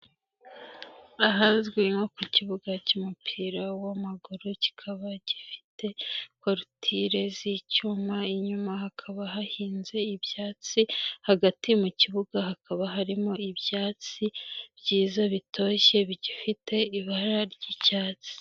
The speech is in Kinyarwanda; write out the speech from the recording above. Ahazwi nko ku kibuga cy'umupira w'amaguru kikaba gifite, korotire z'icyuma inyuma hakaba hahinze ibyatsi hagati mu kibuga hakaba harimo ibyatsi, byiza bitoshye bigifite ibara ry'icyatsi.